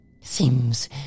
Seems